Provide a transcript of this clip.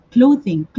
Clothing